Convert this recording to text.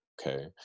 okay